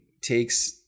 takes